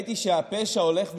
ראיתי שהפשע הולך ומשתולל,